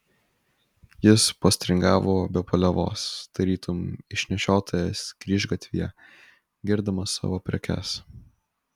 jis postringavo be paliovos tarytum išnešiotojas kryžgatvyje girdamas savo prekes